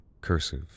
cursive